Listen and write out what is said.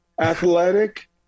athletic